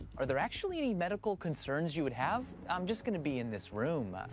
are there actually any medical concerns you would have? i'm just gonna be in this room.